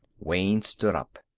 wayne stood up.